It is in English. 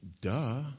Duh